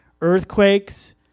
earthquakes